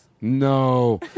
No